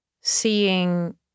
seeing